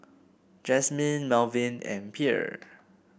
Jasmin Melvin and